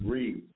Read